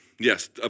Yes